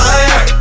Fire